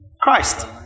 Christ